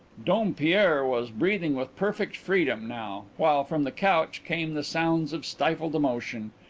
dompierre was breathing with perfect freedom now, while from the couch came the sounds of stifled emotion,